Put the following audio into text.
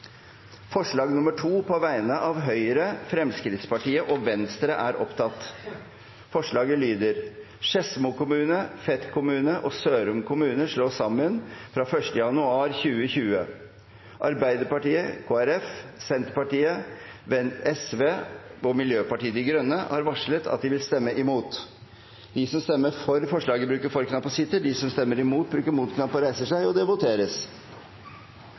forslag nr. 2, fra Høyre, Fremskrittspartiet og Venstre. Forslaget lyder: «Skedsmo kommune, Fet kommune og Sørum kommune slås sammen fra 1. januar 2020.» Arbeiderpartiet, Kristelig Folkeparti, Senterpartiet, Sosialistisk Venstreparti og Miljøpartiet De Grønne har varslet at de vil stemme imot. Det voteres